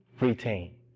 retain